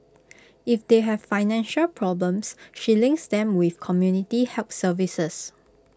if they have financial problems she links them with community help services